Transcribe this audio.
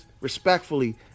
respectfully